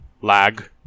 lag